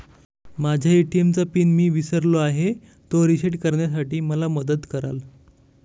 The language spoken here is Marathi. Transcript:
माझ्या ए.टी.एम चा पिन मी विसरलो आहे, तो रिसेट करण्यासाठी मला मदत कराल?